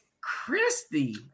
Christy